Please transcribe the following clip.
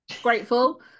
Grateful